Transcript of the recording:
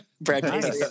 Brad